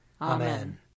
Amen